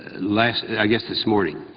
last i guess this morning,